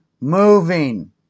moving